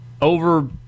over